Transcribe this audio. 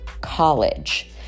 college